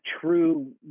true